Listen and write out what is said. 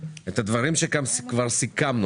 את הדברים שכבר סיכמנו